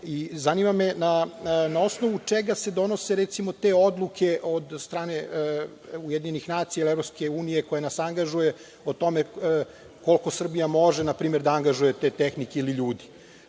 Zanima me – na osnovu čega se donose recimo te odluke od strane UN, EU koja nas angažuje o tome koliko Srbija može na primer da angažuje te tehnike ili ljudi?